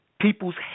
people's